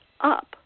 up